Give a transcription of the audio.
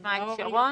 שנשמע את שרון